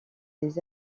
des